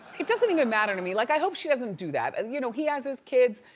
it doesn't even matter to me. like i hope she doesn't do that. you know, he has his kids.